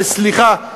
וסליחה,